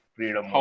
Freedom